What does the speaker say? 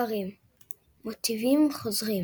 הספרים מוטיבים חוזרים